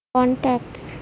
contacts